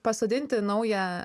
pasodinti naują